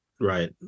Right